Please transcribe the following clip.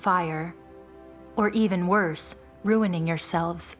fire or even worse ruining yourselves